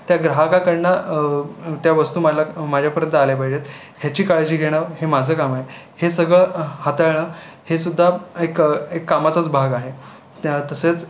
त्या ग्राहकाकडून त्या वस्तू मला माझ्यापर्यंत आल्या पाहिजेत ह्याची काळजी घेणं हे माझं काम आहे हे सगळं हाताळणं हे सुद्धा एक एक कामाचाच भाग आहे त्या तसंच